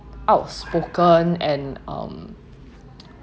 outspoken and um